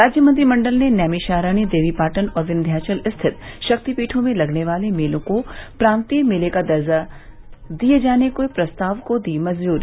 राज्य मंत्रिपरिषद ने नैमिषारण्य देवीपाटन और विन्ध्याचल स्थित शक्तिपीठों में लगने वाले मेलों को प्रान्तीय मेले का दर्जा दिये जाने के प्रस्ताव को दी मंजूरी